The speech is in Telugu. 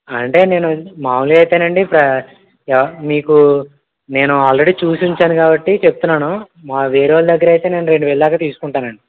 అంటే నేను మామూలుగా అయితేనండి పా మీకు నేను ఆల్రెడీ చూసి ఉంచాను కాబట్టి చెప్తున్నాను మా వేరే వాళ్ళ దగ్గర అయితే నేను రెండువేలు దాకా తీసుకుంటాను అండి